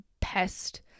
pest